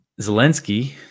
zelensky